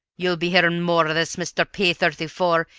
you'll be hearing more of this, mr. p thirty four!